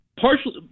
partially